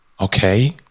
Okay